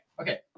okay